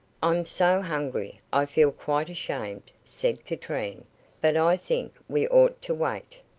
i'm so hungry, i feel quite ashamed, said katrine but i think we ought to wait.